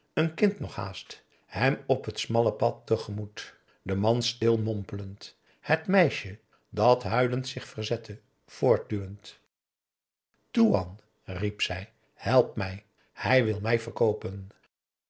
een kind nog haast hem op t smalle pad tegemoet de man stil mompelend het meisje dat huilend zich verzette voortduwend toean riep zij help mij hij wil mij verkoopen